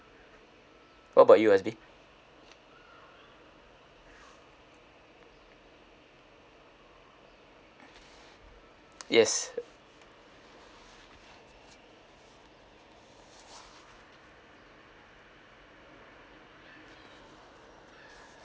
what about you hasbi yes